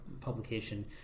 publication